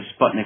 Sputnik